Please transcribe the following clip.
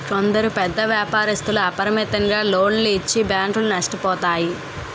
కొందరు పెద్ద వ్యాపారస్తులకు అపరిమితంగా లోన్లు ఇచ్చి బ్యాంకులు నష్టపోతాయి